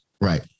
Right